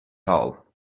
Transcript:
hole